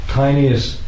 tiniest